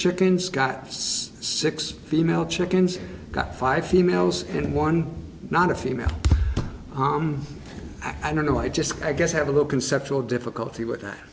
chickens got six female chickens got five females and one not a female i don't know i just i guess have a little conceptual difficulty with